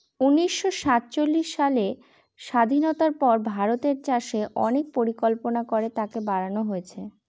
উনিশশো সাতচল্লিশ সালের স্বাধীনতার পর ভারতের চাষে অনেক পরিকল্পনা করে তাকে বাড়নো হয়েছে